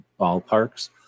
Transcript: ballparks